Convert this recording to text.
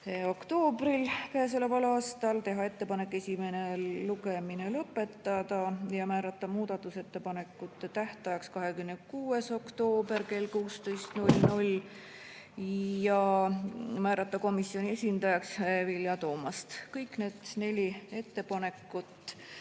oktoobril käesoleval aastal, teha ettepanek esimene lugemine lõpetada ja määrata muudatusettepanekute tähtajaks 26. oktoober kell 16 ning määrata komisjoni esindajaks Vilja Toomast. Kõik need neli ettepanekut